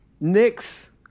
Knicks